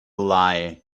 lie